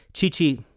Chi-Chi